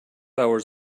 hours